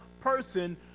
person